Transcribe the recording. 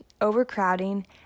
overcrowding